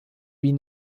wie